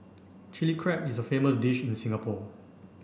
Chilli Crab is a famous dish in Singapore